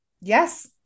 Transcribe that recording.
Yes